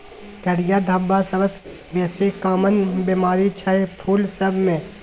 करिया धब्बा सबसँ बेसी काँमन बेमारी छै फुल सब मे